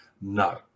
No